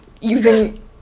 using